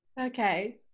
Okay